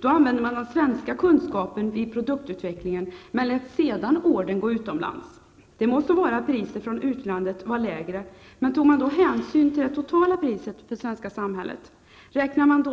Då använde man den svenska kunskapen vid produktutvecklingen, men lät sedan ordern gå utomlands. Det må så vara att priset från utlandet var lägre, men tog man då hänsyn till det totala priset för det svenska samhället? Räknade man